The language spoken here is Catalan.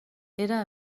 era